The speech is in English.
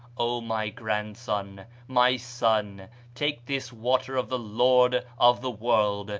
o my grandson my son take this water of the lord of the world,